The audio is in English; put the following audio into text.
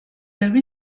there